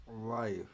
life